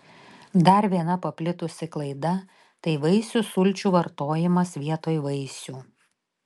dar viena paplitusi klaida tai vaisių sulčių vartojimas vietoj vaisių